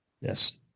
Yes